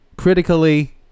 Critically